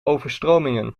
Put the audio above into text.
overstromingen